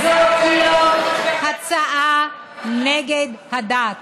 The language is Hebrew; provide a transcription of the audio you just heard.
זאת לא הצעה נגד הדת,